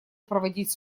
проводить